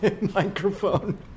microphone